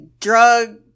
drug